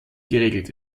geregelt